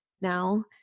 now